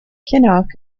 kinnock